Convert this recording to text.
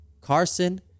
Carson